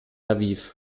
aviv